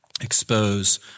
expose